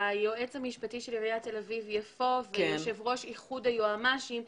שהיועץ המשפטי של עיריית תל אביב-יפו ויושב ראש איחוד היועצים המשפטיים,